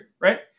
right